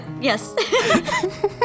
Yes